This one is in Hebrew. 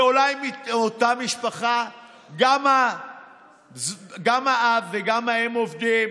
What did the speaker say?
אולי באותה משפחה גם האב וגם האם עובדים